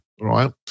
Right